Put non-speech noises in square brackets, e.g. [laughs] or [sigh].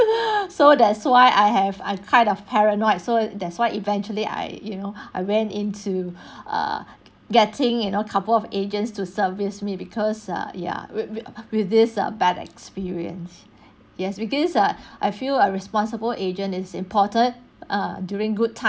[laughs] so that's why I have I kind of paranoid so that's why eventually I you know I went into uh getting you know couple of agents to service me because uh ya with with with this uh bad experience yes because ah I feel a responsible agent is important err during good times